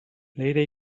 leire